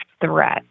threat